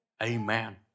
Amen